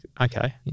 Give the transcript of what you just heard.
okay